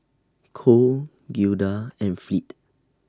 Cole Gilda and Fleet